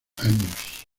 años